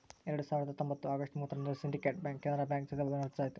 ಎರಡ್ ಸಾವಿರದ ಹತ್ತೊಂಬತ್ತು ಅಗಸ್ಟ್ ಮೂವತ್ತರಂದು ಸಿಂಡಿಕೇಟ್ ಬ್ಯಾಂಕ್ ಕೆನರಾ ಬ್ಯಾಂಕ್ ಜೊತೆ ಮರ್ಜ್ ಆಯ್ತು